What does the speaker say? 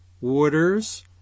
Waters